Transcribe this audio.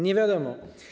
Nie wiadomo.